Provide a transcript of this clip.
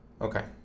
Okay